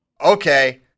Okay